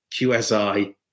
QSI